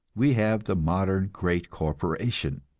we have the modern great corporation,